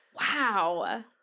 Wow